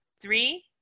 Three